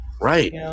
Right